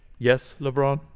yes, lebron?